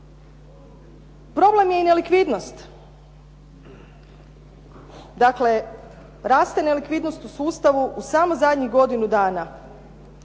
Problem je i nelikvidnost. Dakle, raste nelikvidnost u sustavu u samo zadnjih godinu dana.